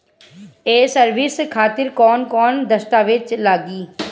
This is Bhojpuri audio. ये सर्विस खातिर कौन कौन दस्तावेज लगी?